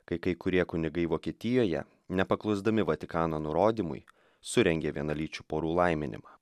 kai kai kurie kunigai vokietijoje nepaklusdami vatikano nurodymui surengė vienalyčių porų laiminimą